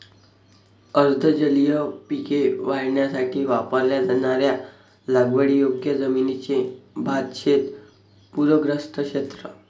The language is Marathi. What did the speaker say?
अर्ध जलीय पिके वाढवण्यासाठी वापरल्या जाणाऱ्या लागवडीयोग्य जमिनीचे भातशेत पूरग्रस्त क्षेत्र